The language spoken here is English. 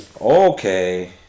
okay